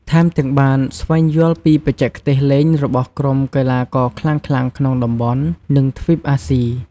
ថែមទាំងបានស្វែងយល់ពីបច្ចេកទេសលេងរបស់ក្រុមកីឡាករខ្លាំងៗក្នុងតំបន់ និងទ្វីបអាស៊ី។